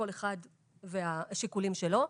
כל אחד והשיקולים שלו.